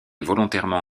volontairement